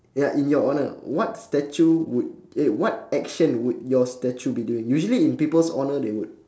ya in your honour what statue would eh what action would your statue be doing usually in people's honour they would